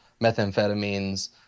methamphetamines